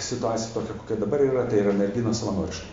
situaciją tokią kokia dabar yra tai yra merginos savanoriškai